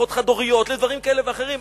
למשפחות חד-הוריות ולדברים כאלה ואחרים,